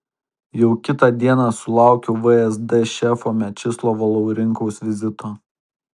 jau kitą dieną sulaukiau vsd šefo mečislovo laurinkaus vizito